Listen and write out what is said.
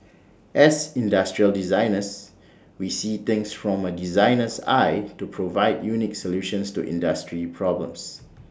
as industrial designers we see things from A designer's eye to provide unique solutions to industry problems